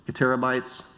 ah terabytes,